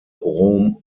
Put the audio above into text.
rom